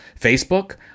Facebook